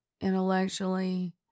intellectually